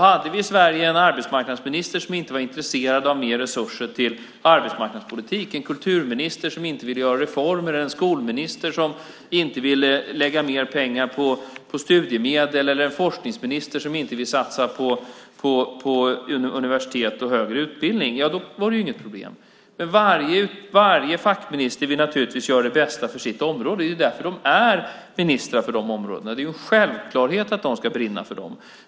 Hade vi i Sverige en arbetsmarknadsminister som inte var intresserad av mer resurser till arbetsmarknadspolitik, en kulturminister som inte ville göra reformer, en skolminister som inte ville lägga mer pengar på studiemedel eller en forskningsminister som inte ville satsa på universitet och högre utbildning var det ju inget problem. Varje fackminister vill naturligtvis göra det bästa för sitt område - det är därför de är ministrar för de områdena, och det är en självklarhet att de ska brinna för dem.